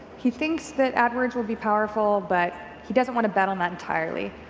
he thinks that adwords will be powerful, but he doesn't want to bet on that entirely.